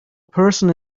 person